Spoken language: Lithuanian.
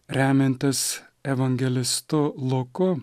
remiantis evangelistu luku